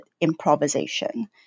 improvisation